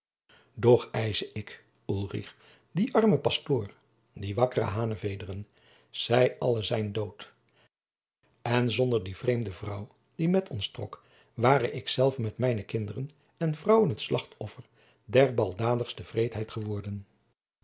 nog ijze ik ulrich die arme pastor die wakkere hanevederen zij alle zijn dood en zonder die vreemde vrouw die met ons trok ware ik zelve met mijne kinderen en vrouwen het slachtoffer der baldadigste wreedheid geworden